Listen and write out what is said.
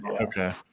Okay